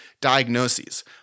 diagnoses